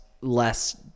Less